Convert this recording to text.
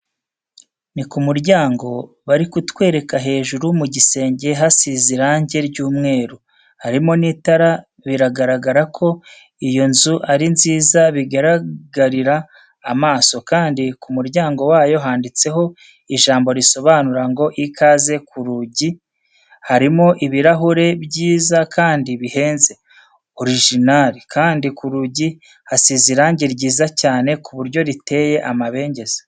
Ni ku muryango, bari kutwereka hejuru mu gisenge hasize irange ry'umweru, harimo n'itara biragaragara ko iyo nzu ari nziza bigaragarira amaso, kandi ku muryango wayo handitseho ijambo risobanura ngo ikaze ku rugi, harimo ibirahure byiza kandi bihenze, orojinari, kandi ku rugi hasize irange ryiza cyane ku buryo riteye amabengeza.